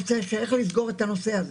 איך לסגור את כל הנושא הזה.